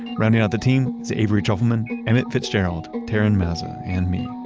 rounding out the team is avery trufelman, emmett fitzgerald, taryn mazza, and me,